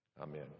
Amen